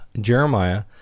Jeremiah